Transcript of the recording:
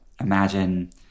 imagine